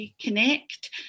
connect